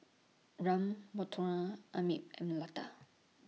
Ram Manohar Amit and Lata